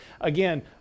Again